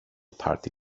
party